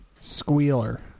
squealer